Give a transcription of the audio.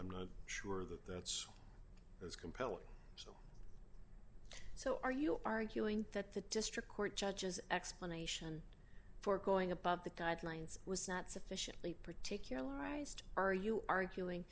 i'm not sure that that's as compelling so are you arguing that the district court judges explanation for going above the guidelines was not sufficiently particularized are you arguing